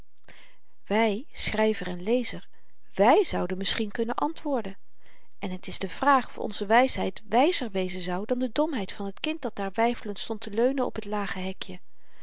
wy schryver en lezer wy zouden misschien kunnen antwoorden en t is de vraag of onze wysheid wyzer wezen zou dan de domheid van t kind dat daar weifelend stond te leunen op t lage hekje